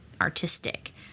artistic